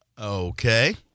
Okay